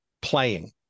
playing